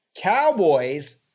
Cowboys